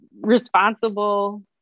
responsible